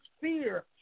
Fear